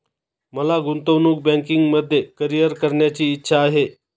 मला गुंतवणूक बँकिंगमध्ये करीअर करण्याची इच्छा आहे